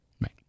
Right